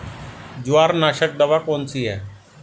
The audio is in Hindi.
जवार नाशक दवा कौन सी है?